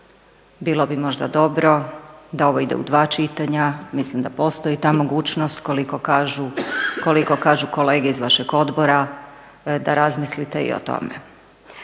bilo bi možda dobro da ovo ide u dva čitanja. Mislim da postoji ta mogućnost, koliko kažu kolege iz vašeg odbora da razmislite i o tome.